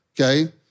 okay